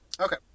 Okay